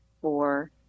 four